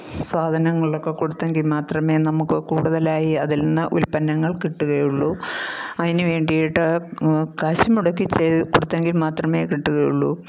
സാധനങ്ങളൊക്കെ കൊടുത്തെങ്കിൽ മാത്രമേ നമുക്ക് കൂടുതലായി അതിൽ നിന്ന് ഉല്പന്നങ്ങൾ കിട്ടുകയുള്ളൂ അതിനുവേണ്ടിട്ട് കാശ് മുടക്കിച്ച് കൊടുത്തെങ്കിൽ മാത്രമേ കിട്ടുകയുള്ളൂ